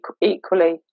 equally